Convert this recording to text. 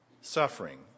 suffering